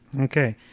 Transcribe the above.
okay